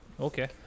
Okay